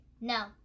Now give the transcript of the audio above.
no